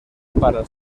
para